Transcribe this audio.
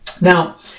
Now